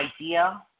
idea